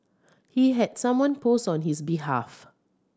he had someone post on his behalf